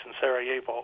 Sarajevo